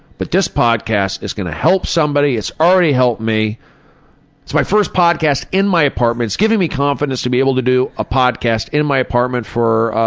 but this podcast is gonna help somebody it's already helped me! it's my first podcast in my apartment it's given me confidence to be able to do a podcast in my apartment for